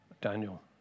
Daniel